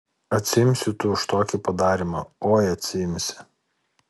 atsiimsi tu už tokį padarymą oi atsiimsi